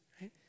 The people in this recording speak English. right